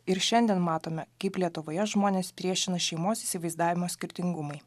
ir šiandien matome kaip lietuvoje žmones priešina šeimos įsivaizdavimo skirtingumai